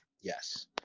yes